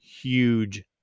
huge